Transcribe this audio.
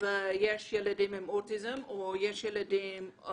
ויש ילדים עם אוטיזם או יש ילדים עם